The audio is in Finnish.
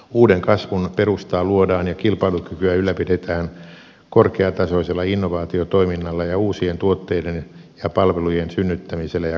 uuden kasvun perustaa luodaan ja kilpailukykyä ylläpidetään korkeatasoisella innovaatiotoiminnalla ja uusien tuotteiden ja palvelujen synnyttämisellä ja kaupallistamisella